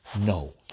No